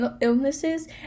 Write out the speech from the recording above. illnesses